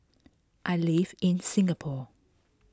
I live in Singapore